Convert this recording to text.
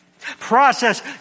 Process